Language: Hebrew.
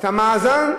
המאזן,